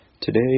Today